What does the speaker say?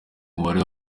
mubare